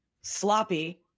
sloppy